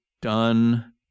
done